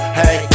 hey